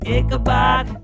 Ichabod